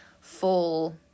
full